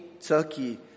Turkey